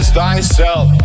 thyself